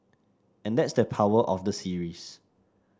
and that's the power of the series